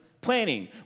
planning